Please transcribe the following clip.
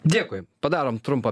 dėkui padarom trumpą